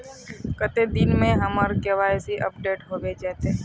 कते दिन में हमर के.वाई.सी अपडेट होबे जयते?